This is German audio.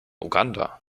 uganda